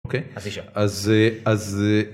אוקיי... אז זה... אז זה...